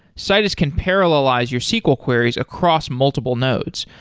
citus can parallelize your sql queries across multiple nodes,